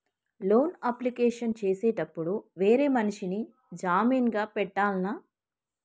Loan application చేసేటప్పుడు వేరే మనిషిని జామీన్ గా పెట్టాల్నా?